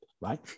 right